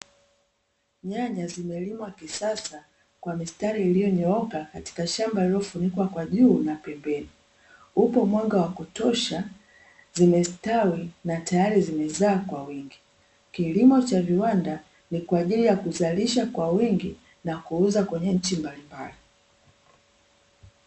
Nyanya zimelimwa kisasa kwa mistari iliyonyooka katika shamba lililofunikwa kwa juu na pembeni, upo mwanga wa kutosha zimestawi na tayari zimezaa kwa wingi. Kilimo cha viwanda ni kwaajili ya kuzalisha kwa wingi na kuuza kwenye nchi mbalimbali.